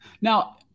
Now